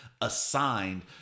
assigned